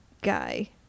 guy